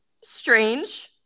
strange